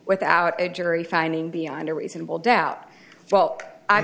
without a jury finding beyond a reasonable doubt well